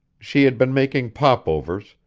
she had been making popovers,